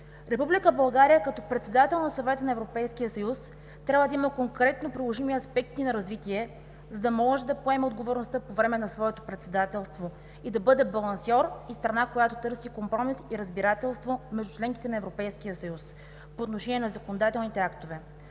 Република България, като председател на Съвета на Европейския съюз, трябва да има конкретно приложими аспекти на развитие, за да може да поема отговорността по време на своето председателство и да бъде балансьор и страна, която търси компромис и разбирателство между членките на Европейския съюз по отношение на законодателните актове.